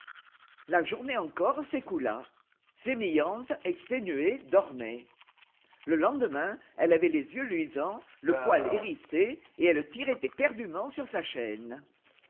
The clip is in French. la journée encore s'écoula sémillante exténuée dormait le lendemain elle avait les yeux luisants le poil hérissé et elle tirait éperdument sur sa chaîne